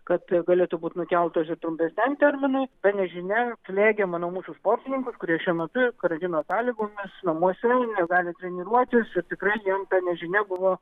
kad galėtų būt nukeltas ir trumpesniam terminui bet nežinia slėgė manau mūsų sportininkus kurie šiuo metu karantino sąlygomis namuose negali treniruotis ir tikrai jiem ta nežinia buvo